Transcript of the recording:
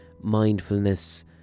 mindfulness